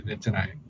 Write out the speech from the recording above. tonight